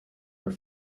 were